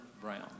Brown